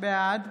בעד